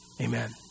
Amen